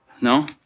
No